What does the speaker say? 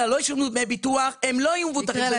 לא ישלמו דמי ביטוח הם לא יהיו מבוטחים.